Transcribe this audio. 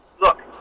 look